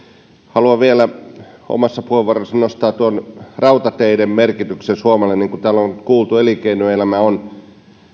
haluan vielä omassa puheenvuorossani nostaa tuon rautateiden merkityksen suomelle niin kuin täällä on kuultu elinkeinoelämä on